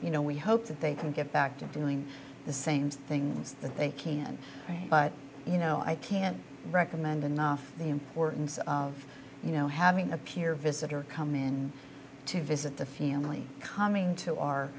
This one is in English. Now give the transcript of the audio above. you know we hope that they can get back to doing the same things that they can but you know i can't recommend enough the importance of you know having a peer visitor come in to visit the feel really calming to our